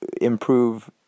improve